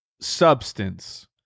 substance